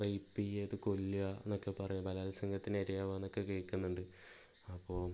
rape ചെയ്ത് കൊല്ലുക എന്നൊക്കെപ്പറയ ബലാത്സംഗത്തിന് ഇരയാവുകയെന്നൊക്കെ കേൾക്കുന്നുണ്ട് അപ്പോൾ